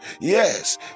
yes